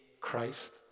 Christ